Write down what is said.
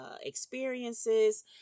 experiences